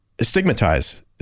stigmatize